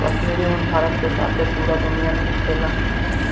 काश्मीरी उन भारत के साथे पूरा दुनिया में होखेला